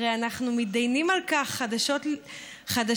הרי אנחנו מתדיינים על כך חדשות לבקרים,